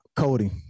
Cody